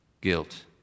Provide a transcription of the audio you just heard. Guilt